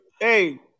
hey